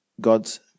God's